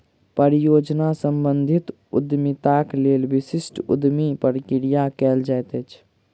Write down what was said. परियोजना सम्बंधित उद्यमिताक लेल विशिष्ट उद्यमी प्रक्रिया कयल जाइत अछि